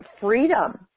freedom